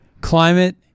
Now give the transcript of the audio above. climate